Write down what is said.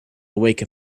wake